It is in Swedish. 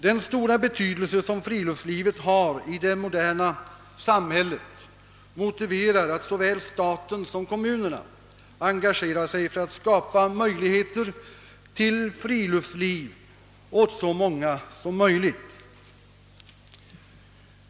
Den stora betydelse som friluftslivet har i det moderna samhället motiverar att såväl staten som kommunerna engagerar sig för att skapa tillfälle till friluftsliv för så många som möjligt.